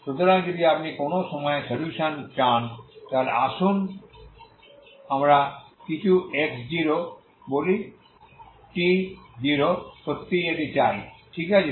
সুতরাং যদি আপনি কোন সময়ে সলিউশন চান তাহলে আসুন আমরা কিছু x0 বলি t0সত্যিই এটি চাই ঠিক আছে